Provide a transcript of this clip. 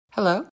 Hello